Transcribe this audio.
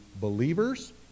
believers